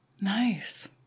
Nice